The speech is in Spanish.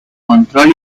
control